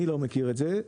אני לא מכיר את זה.